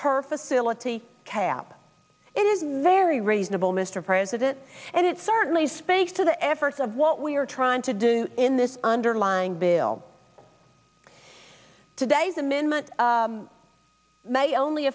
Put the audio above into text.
per facility cap it is very reasonable mr president and it certainly speaks to the efforts of what we are trying to do in this underlying bill today's amendment may only